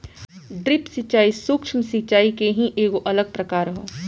drip सिंचाई, सूक्ष्म सिचाई के ही एगो अलग प्रकार ह